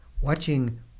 Watching